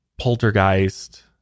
poltergeist